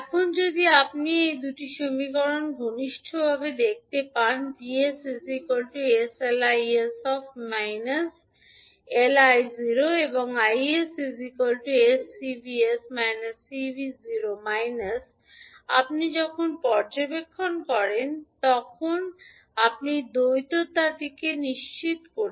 এখন যদি আপনি এই দুটি সমীকরণ ঘনিষ্ঠভাবে দেখতে পান যে 𝑉 𝑠 𝑠𝐿𝐼 𝑠 𝐿𝑖 0− এবং 𝐼𝑠 𝑠𝐶𝑉 𝑠 𝐶𝑣 0− আপনি যখন পর্যবেক্ষণ করেন তখন আপনি দ্বৈততাটি নিশ্চিত করতে পারবেন